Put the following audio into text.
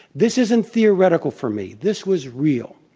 this isn't theoretical for me this was real.